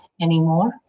anymore